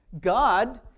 God